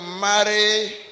marry